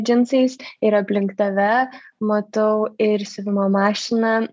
džinsais ir aplink tave matau ir siuvimo mašiną